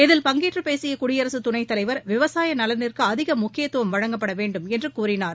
இதில் பங்கேற்று பேசிய குடியரசு துணைத்தலைவர் விவசாய நலனிற்கு அதிக முக்கியத்துவம் வழங்கப்பட வேண்டும் என்று கூறினார்